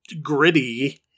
gritty